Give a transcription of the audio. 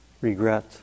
regret